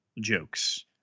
jokes